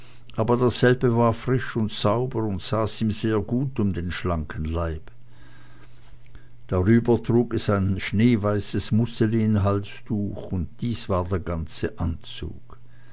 aber dasselbe war frisch und sauber und saß ihm sehr gut um den schlanken leib darüber trug es ein schneeweißes mousselinehalstuch und dies war der ganze anzug